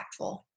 impactful